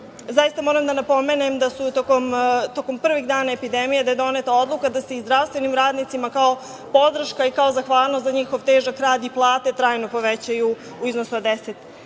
zaista moram da napomenem da su tokom prvih dana epidemije da je doneta odluka da se zdravstvenim radnicima kao podrška i kao zahvalnost za njihov težak rad i plate trajno povećaju u iznosu od